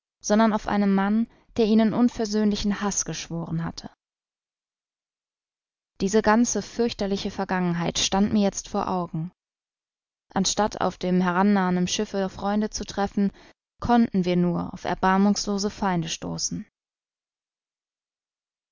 sondern auf einen mann der ihnen unversöhnlichen haß geschworen hatte diese ganze fürchterliche vergangenheit stand mir jetzt vor augen anstatt auf dem herannahenden schiffe freunde zu treffen konnten wir nur auf erbarmungslose feinde stoßen